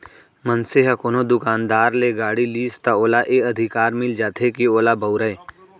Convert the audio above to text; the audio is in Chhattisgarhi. मनसे ह कोनो दुकानदार ले गाड़ी लिस त ओला ए अधिकार मिल जाथे के ओला बउरय